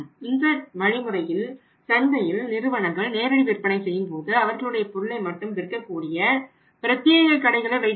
இந்த வழிமுறையில் சந்தையில் நிறுவனங்கள் நேரடி விற்பனை செய்யும் போது அவர்களுடைய பொருளை மட்டும் விற்கக்கூடிய பிரத்தியேக கடைகளை வைத்துள்ளனர்